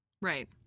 right